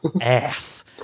ass